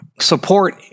support